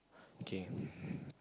okay